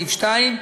סעיף 2,